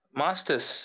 masters